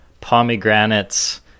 pomegranates